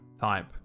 type